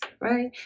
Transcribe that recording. right